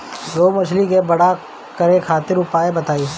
रोहु मछली के बड़ा करे खातिर उपाय बताईं?